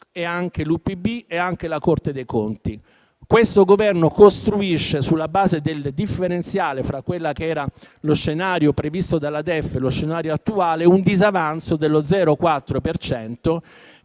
d'Italia, l'UPB e anche la Corte dei conti. Questo Governo costruisce, sulla base del differenziale fra quello che era lo scenario previsto dal DEF e lo scenario attuale, un disavanzo dello 0,4